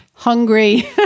Hungry